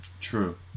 true